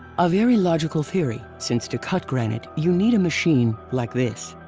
a very logical theory, since to cut granite you need a machine like this.